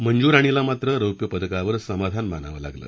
मंजू राणीला मात्र रौप्यपदकावर समाधान मानावं लागलं